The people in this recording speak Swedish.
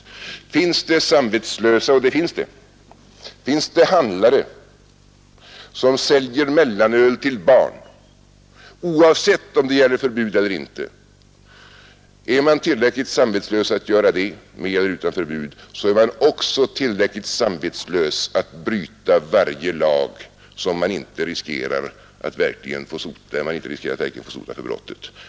Finns det sådana som är tillräckligt samvetslösa — och det gör det —, finns det handlande som säljer mellanöl till barn oavsett om förbud gäller eller inte, då är man också tillräckligt samvetslös för att bryta varje lag där man inte riskerar att verkligen få sota för brottet.